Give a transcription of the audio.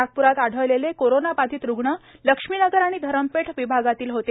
नागप्रात आढळलेले कोरोना बाधित रुग्ण लक्ष्मीनगर आणि धरमपेठ झोनमधील होते